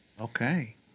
Okay